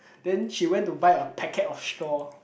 then she went to buy a packet of straw